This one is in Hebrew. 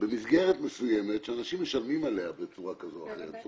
במסגרת מסוימת שאנשים משלמים עליה בצורה כזו או אחרת.